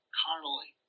carnally